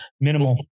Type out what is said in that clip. Minimal